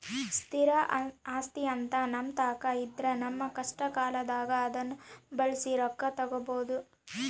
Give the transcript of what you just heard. ಸ್ಥಿರ ಆಸ್ತಿಅಂತ ನಮ್ಮತಾಕ ಇದ್ರ ನಮ್ಮ ಕಷ್ಟಕಾಲದಾಗ ಅದ್ನ ಬಳಸಿ ರೊಕ್ಕ ತಗಬೋದು